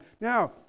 Now